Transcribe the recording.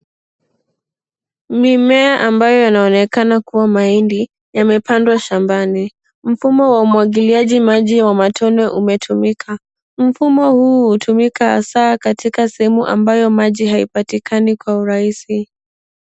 Mimea ambayo yanaonekana kuwa mahindi, yamepandwa shambani. Mfumo wa umwagiliaji maji wa matone umetumika. Mfumo huu hutumika hasa katika sehemu ambayo maji haipatikani kwa urahisi.